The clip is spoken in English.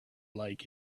like